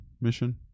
mission